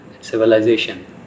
civilization